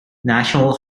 national